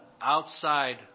outside